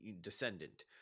descendant